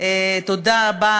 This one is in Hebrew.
תודה רבה